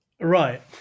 Right